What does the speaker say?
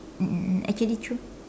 mm mm mm actually true